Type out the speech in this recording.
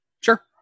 Sure